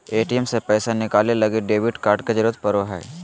ATM से पैसा निकाले लगी डेबिट कार्ड के जरूरत पड़ो हय